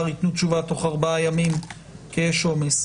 ייתנו תשובה תוך ארבעה ימים כי יש עומס.